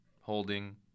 holding